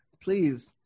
please